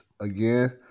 again